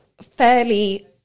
fairly